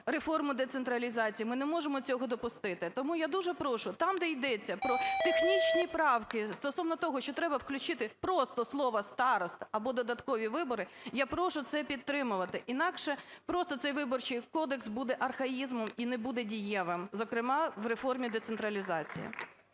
реформу децентралізації, ми не можемо цього допустити. Тому я дуже прошу, там, де йдеться про технічні правки стосовно того, що треба включити просто слово "староста" або "додаткові вибори". Я прошу це підтримувати інакше просто цей Виборчий кодекс буде архаїзмом і не буде дієвим, зокрема в реформі децентралізації.